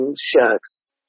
shucks